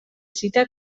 cita